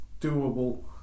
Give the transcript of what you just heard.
doable